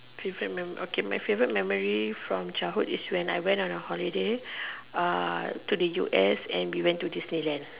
favorite memory okay my favorite memory from childhood is on a holiday we went to the us and we went to Disneyland